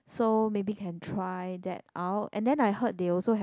so maybe can try that out and then I heard they also have